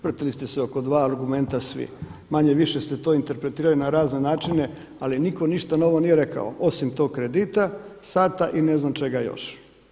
Vrtili ste se oko dva argumenta svi, manje-više ste to interpretirali na razne načine, ali niko ništa novo nije rekao, osim tog kredita, sata i ne znam čega još.